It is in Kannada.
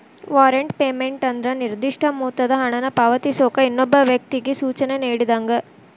ವಾರೆಂಟ್ ಪೇಮೆಂಟ್ ಅಂದ್ರ ನಿರ್ದಿಷ್ಟ ಮೊತ್ತದ ಹಣನ ಪಾವತಿಸೋಕ ಇನ್ನೊಬ್ಬ ವ್ಯಕ್ತಿಗಿ ಸೂಚನೆ ನೇಡಿದಂಗ